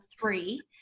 three